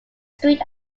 street